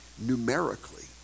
numerically